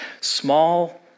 small